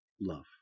love